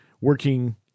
working –